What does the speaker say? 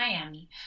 Miami